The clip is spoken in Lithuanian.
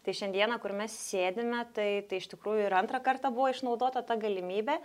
tai šiandieną kur mes sėdime tai tai iš tikrųjų ir antrą kartą buvo išnaudota ta galimybė